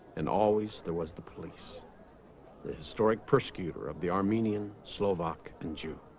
and always there was the police the historic persecutor of the armenian slovak and you